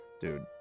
Dude